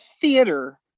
theater